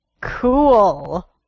Cool